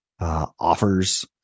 offers